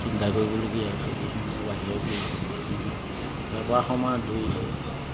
চিন্তা কৰিবলগীয়া হৈছে কিছুমানে বাহিৰত গৈছে কিছুমানে বেপাৰ সমাৰত ধৰিছে